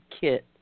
kit